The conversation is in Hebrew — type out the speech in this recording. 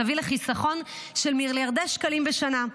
שתביא לחיסכון של מיליארדי שקלים בשנה.